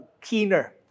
Keener